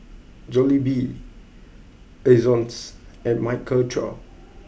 Jollibee Ezion's and Michael Trio